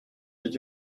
did